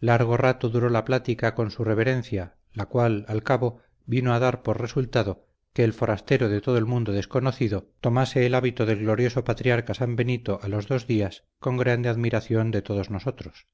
largo rato duró la plática con su reverencia la cual al cabo vino a dar por resultado que el forastero de todo el mundo desconocido tomase el hábito del glorioso patriarca san benito a los dos días con grande admiración de todos nosotros